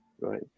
right